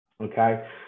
okay